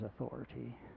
authority